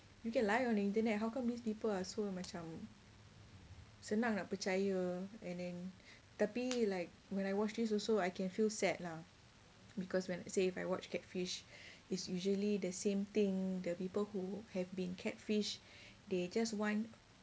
you can lie on the internet how come these people are so macam senang nak percaya and then tapi like when I watch this also I can feel sad lah because when say if I watch catfish it's usually the same thing the people who have been catfish they just want